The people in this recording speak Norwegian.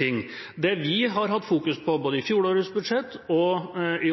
ting. Det vi har fokusert på, både i fjorårets budsjett og i